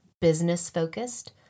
business-focused